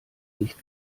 nicht